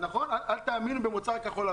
אומרים שלא נאמין במוצר כחול-לבן.